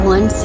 One